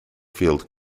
field